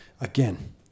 Again